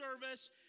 service